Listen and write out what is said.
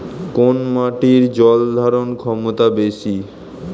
কোন মাটির জল ধারণ ক্ষমতা বেশি?